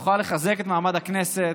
סגני השרים שלה תוכל לחזק את מעמד הכנסת,